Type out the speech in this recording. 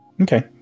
Okay